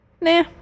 Nah